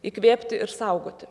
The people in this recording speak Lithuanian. įkvėpti ir saugoti